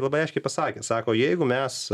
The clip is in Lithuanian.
labai aiškiai pasakė sako jeigu mes